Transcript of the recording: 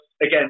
again